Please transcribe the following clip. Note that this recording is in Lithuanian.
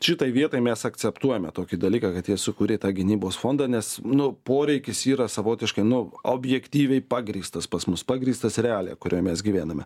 šitai vietai mes akceptuojame tokį dalyką kad jie sukūrė tą gynybos fondą nes nu poreikis yra savotiškai nu objektyviai pagrįstas pas mus pagrįstas realija kurioje mes gyvename